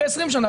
אחורי 20 שנים.